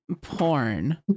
porn